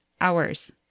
hours